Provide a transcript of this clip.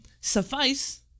suffice